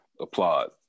Applaud